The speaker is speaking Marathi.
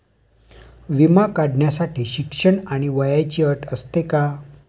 विमा काढण्यासाठी शिक्षण आणि वयाची अट असते का?